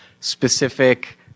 specific